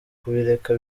kubireka